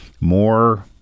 more